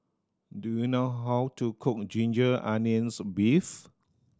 do you know how to cook ginger onions beef